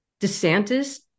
DeSantis